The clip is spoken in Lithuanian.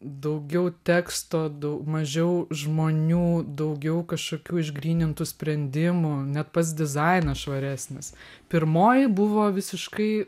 daugiau teksto dau mažiau žmonių daugiau kažkokių išgrynintų sprendimų net pats dizainas švaresnis pirmoji buvo visiškai